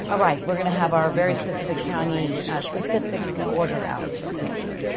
ah right. we're going to have our very specific. county specific order out this week.